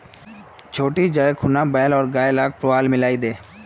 छोटी जाइ खूना गाय आर बैल लाक पुआल मिलइ दे